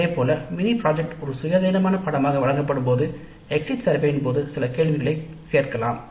இதைப் போல mini project ஒரு சுயாதீனமான பாடமாக வழங்கப்படும்போது எக்ஸிட் சர்வேயின் போது சில கேள்விகளை சேர்க்கலாம்